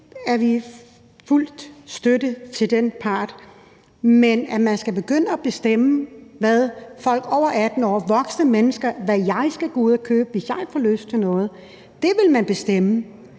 vi kan fuldt ud støtte den part, men ikke, at man skal begynde at bestemme, hvad folk over 18 år, hvad voksne mennesker, hvad jeg skal gå ud at købe, hvis jeg får lyst til noget. Det vil man bestemme,